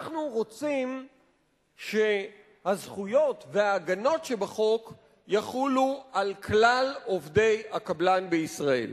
אנחנו רוצים שהזכויות וההגנות שבחוק יחולו על כלל עובדי הקבלן בישראל.